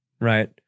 Right